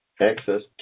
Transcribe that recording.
access